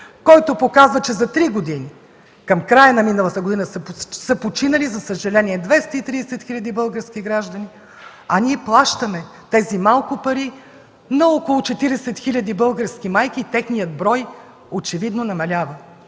който показва, че за три години, към края на миналата година, са починали, за съжаление, 230 хиляди български граждани, а ние плащаме тези малко пари на около 40 хиляди български майки и техният брой очевидно намалява,